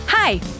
Hi